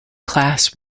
class